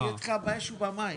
אני איתך באש ובמים.